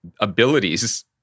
abilities